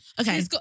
Okay